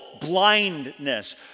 blindness